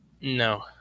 No